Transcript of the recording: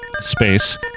space